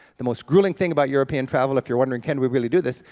the most grueling thing about european travel if you're wondering, can we really do this,